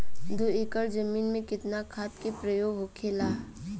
दो एकड़ जमीन में कितना खाद के प्रयोग होखेला?